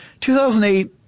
2008